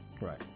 Right